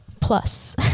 plus